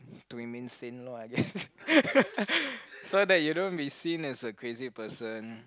to remain sane lor i guess so that you don't be seen as a crazy person